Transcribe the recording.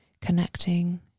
connecting